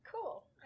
Cool